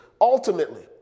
Ultimately